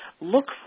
Look